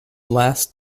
last